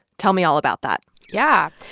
tell me all about that yeah.